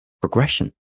progression